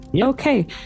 Okay